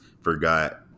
forgot